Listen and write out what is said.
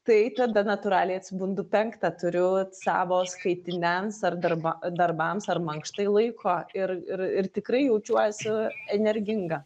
tai tada natūraliai atsibundu penktą turiu savo skaitiniams ar darba darbams ar mankštai laiko ir ir ir tikrai jaučiuosi energinga